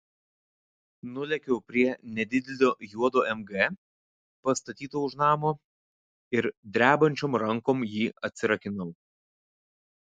nulėkiau prie nedidelio juodo mg pastatyto už namo ir drebančiom rankom jį atsirakinau